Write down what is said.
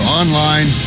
online